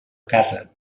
casa